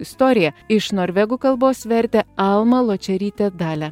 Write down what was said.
istorija iš norvegų kalbos vertė alma ločerytė dale